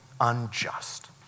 unjust